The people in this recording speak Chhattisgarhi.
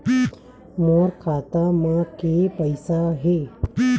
मोर खाता म के पईसा हे?